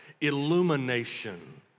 Illumination